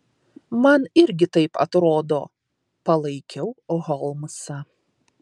man irgi taip atrodo palaikiau holmsą